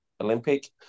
Olympic